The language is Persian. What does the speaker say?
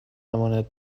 امانت